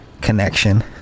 connection